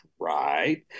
Right